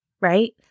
right